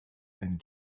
and